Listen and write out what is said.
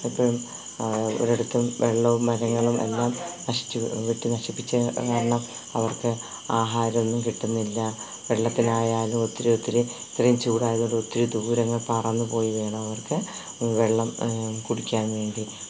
എപ്പോഴും ഒരിടത്തും വെള്ളവും മരങ്ങളും എല്ലാം നശിച്ച് വെട്ടി നശിപ്പിച്ചതു കാരണം അവര്ക്ക് ആഹാരം ഒന്നും കിട്ടുന്നില്ല വെള്ളത്തിനായാലും ഒത്തിരിയൊത്തിരി ഇത്രയും ചൂടായതോടെ ഒത്തിരി ദൂരങ്ങള് പറന്ന് പോയി വേണം അവര്ക്ക് വെള്ളം കുടിക്കാന് വേണ്ടി